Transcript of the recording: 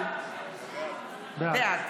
בעד